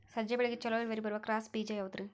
ಸಜ್ಜೆ ಬೆಳೆಗೆ ಛಲೋ ಇಳುವರಿ ಬರುವ ಕ್ರಾಸ್ ಬೇಜ ಯಾವುದ್ರಿ?